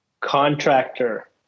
contractor